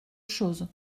chose